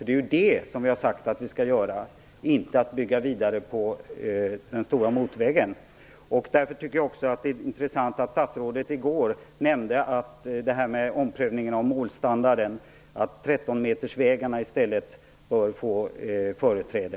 Det är det vi har sagt att vi skall göra, inte att bygga vidare på den stora motorvägen. Därför tycker jag också att det är intressant att statsrådet i går nämnde omprövningen av målstandarden och att 13 metersvägarna i stället bör få företräde.